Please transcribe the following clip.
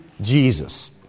Jesus